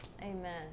Amen